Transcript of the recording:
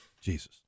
jesus